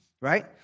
right